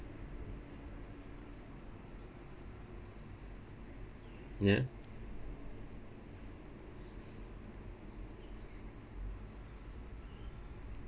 ya